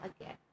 again